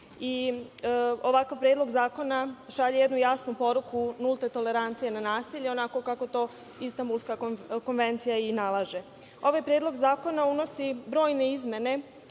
Ovakav predlog zakona šalje jednu jasnu poruku nulte tolerancije na nasilje, onako kako to Istambulska konvencija i nalaže. Ovaj Predlog zakona unosi brojne izmene